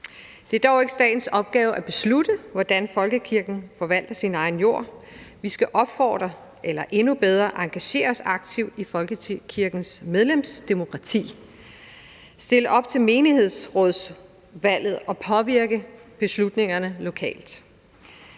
Det er dog ikke statens opgave at beslutte, hvordan folkekirken forvalter sin egen jord. Vi skal opfordre eller endnu bedre engagere os aktivt i folkekirkens medlemsdemokrati, stille os op til menighedsrådsvalget og påvirke beslutningerne lokalt.